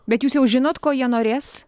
bet jūs jau žinot ko jie norės